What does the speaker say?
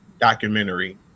documentary